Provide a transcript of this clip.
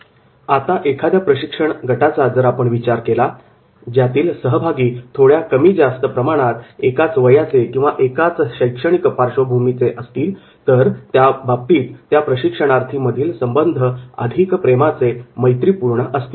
वेळ 914 आता एखाद्या प्रशिक्षण गटाचा जर आपण विचार केला ज्यातील सहभागी थोड्या कमी जास्त प्रमाणात एकाच वयाचे किंवा एकाच शैक्षणिक पार्श्वभूमीचे असतील तर त्या बाबतीत त्या प्रशिक्षणार्थी मधील संबंध अधिक प्रेमाचे मैत्रीपूर्ण असतील